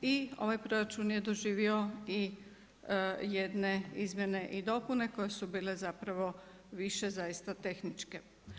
I ovaj proračun je doživio i jedne izmjene i dopune koje su bile zapravo više zaista tehničke.